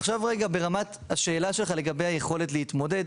עכשיו רגע ברמת השאלה שלך לגבי היכולת להתמודד,